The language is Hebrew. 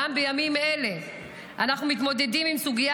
גם בימים אלה אנחנו מתמודדים עם סוגיה